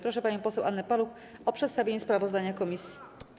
Proszę panią poseł Annę Paluch o przedstawienie sprawozdania komisji.